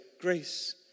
grace